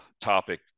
topic